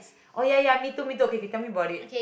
oh ya ya me too me too okay okay tell me about it